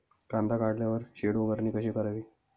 कांदा काढल्यावर शेड उभारणी कशी करावी?